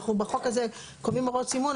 בחוק הזה קובעים הוראות סימון,